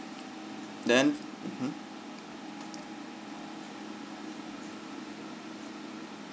then mmhmm